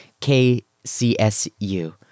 KCSU